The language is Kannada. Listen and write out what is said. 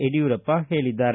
ಯಡಿಯೂರಪ್ಪ ಹೇಳಿದ್ದಾರೆ